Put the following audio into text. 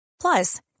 plus